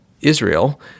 Israel